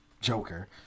Joker